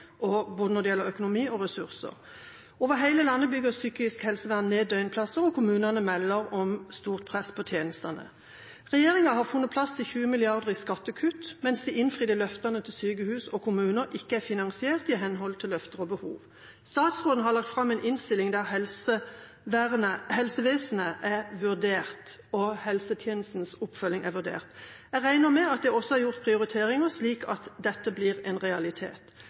både når det gjelder økonomi og ressurser. Over hele landet bygger psykisk helsevern ned døgnplasser, og kommunene melder om stort press på tjenestene. Regjeringa har funnet plass til 20 mrd. kr i skattekutt, mens de innfridde løftene til sykehus og kommuner ikke er finansiert i henhold til løfter og behov. Statsråden har lagt fram en innstilling der helsevesenet er vurdert, og helsetjenestenes oppfølging er vurdert. Jeg regner med at det også er gjort prioriteringer, slik at dette blir en realitet.